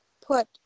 put